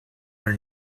her